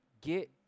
Get